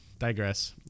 digress